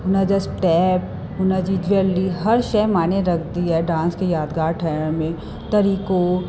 हुनजा स्टैप हुनजी ज्वैलरी हर शइ माने रखदी आहे डांस खे यादगार ठहिण में तरीक़ो